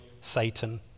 Satan